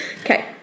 Okay